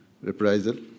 reprisal